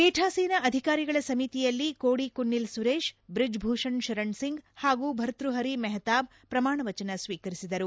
ಪೀಠಾಸೀನ ಅಧಿಕಾರಿಗಳ ಸಮಿತಿಯಲ್ಲಿ ಕೋಡಿಕುನ್ನಿಲ್ ಸುರೇಶ್ ಬ್ರಿಜ್ ಭೂಷಣ್ ಶರಣ್ಸಿಂಗ್ ಹಾಗೂ ಭತೃಹರಿ ಮೆಹತಾಬ್ ಪ್ರಮಾಣವಚನ ಸ್ವೀಕರಿಸಿದರು